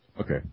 Okay